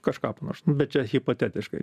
kažką panašaus bet čia hipotetiškai